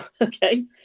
okay